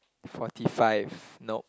forty five nope